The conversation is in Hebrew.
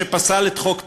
שפסל את חוק טל.